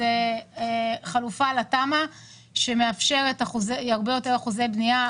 חלופה לתמ"א שתאפשר הרבה יותר אחוזי בנייה,